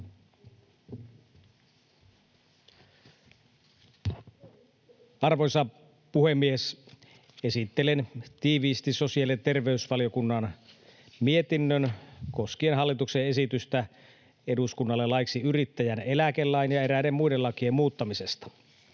Arvoisa puhemies! Esittelen tiiviisti sosiaali- ja terveysvaliokunnan mietinnön koskien hallituksen esitystä eduskunnalle laeiksi yrittäjän eläkelain ja eräiden muiden lakien muuttamisesta.